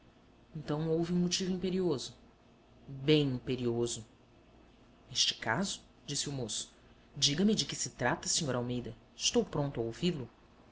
então houve um motivo imperioso bem imperioso neste caso disse o moço diga-me de que se trata sr almeida estou pronto a ouvi-lo